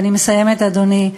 ואני מסיימת, אדוני.